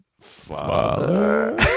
father